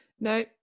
No